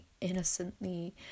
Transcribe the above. innocently